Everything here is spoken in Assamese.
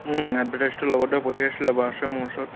এডভাৰটাইজটো লগতে পঠিয়াইছিলে বাৰু আছে মোৰ ওচৰত